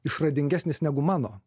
išradingesnis negu mano